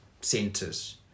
centers